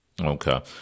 Okay